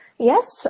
Yes